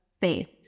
faith